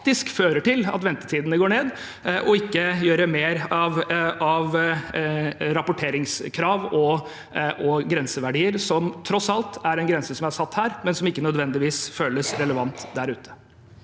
faktisk fører til at ventetidene går ned, og ikke å gjøre mer av rapporteringskrav og grenseverdier – som tross alt er en grense som settes her, men som ikke nødvendigvis føles relevant der ute.